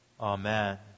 Amen